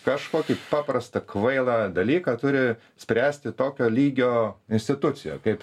kažkokį paprastą kvailą dalyką turi spręsti tokio lygio institucija kaip